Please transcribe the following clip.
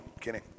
Kenny